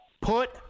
Put